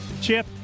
Chip